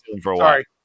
Sorry